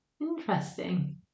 Interesting